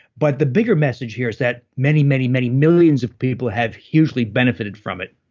but the bigger message here is that many, many, many millions of people have hugely benefited from it